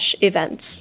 events